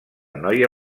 noia